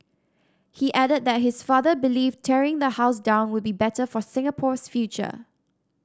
he added that his father believed tearing the house down would be better for Singapore's future